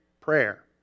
prayer